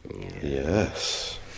Yes